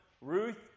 Ruth